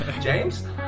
James